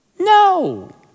No